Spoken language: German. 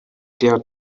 der